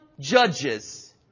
judges